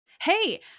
Hey